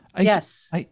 Yes